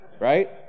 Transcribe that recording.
Right